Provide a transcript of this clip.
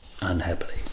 unhappily